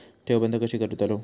ठेव बंद कशी करतलव?